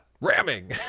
Ramming